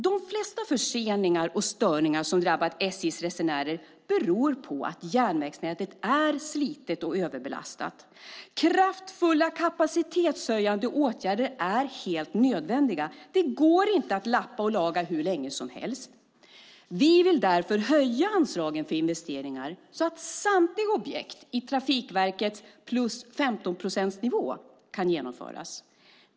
De flesta förseningar och störningar som drabbar SJ:s resenärer beror på att järnvägsnätet är slitet och överbelastat. Kraftfulla kapacitetshöjande åtgärder är helt nödvändiga. Det går inte att lappa och laga hur länge som helst. Vi vill därför höja anslagen för investeringar så att samtliga objekt i Trafikverkets plus-15-procentsnivå kan genomföras.